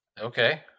Okay